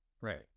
Right